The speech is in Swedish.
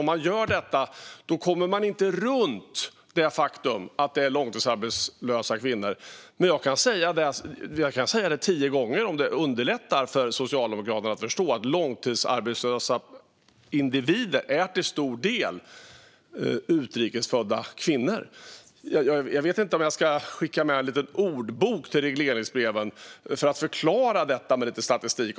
Om man gör detta kommer man inte runt det faktum att det är utrikes födda kvinnor som är långtidsarbetslösa. Men jag kan säga det tio gånger om det underlättar för Socialdemokraterna att förstå att långtidsarbetslösa individer till stor del är utrikes födda kvinnor. Jag vet inte om jag ska skicka med en liten ordbok med regleringsbreven för att förklara detta med lite statistik.